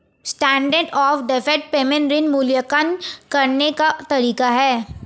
standard of deferred payment ऋण मूल्यांकन करने का तरीका है